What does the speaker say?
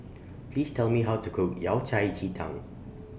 Please Tell Me How to Cook Yao Cai Ji Tang